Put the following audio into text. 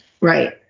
Right